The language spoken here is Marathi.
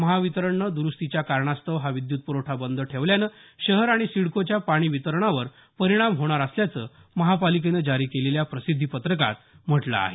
महावितरणनं दुरुस्तीच्या कारणास्तव हा विद्युत पुरवठा बंद ठेवल्यामुळे शहर आणि सिडकोच्या पाणी वितरणावर परिणाम होणार असल्याचं महापालिकेनं जारी केलेल्या प्रसिद्धीपत्रकात म्हटल आहे